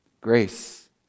Grace